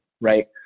right